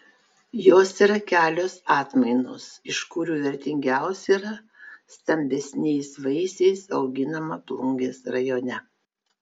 jos yra kelios atmainos iš kurių vertingiausia yra stambesniais vaisiais auginama plungės rajone